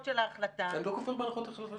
של ההחלטה --- אני לא כופר בהנחות היסוד של ההחלטה.